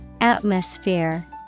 Atmosphere